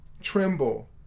tremble